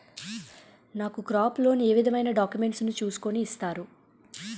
నాకు crop loan ఏ విధమైన డాక్యుమెంట్స్ ను చూస్కుని ఇస్తారు?